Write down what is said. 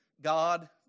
God